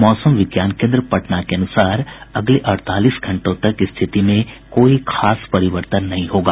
मौसम विज्ञान केन्द्र पटना के अनुसार अगले अड़तालीस घंटों तक स्थिति में कोई खास परिवर्तन नहीं होगा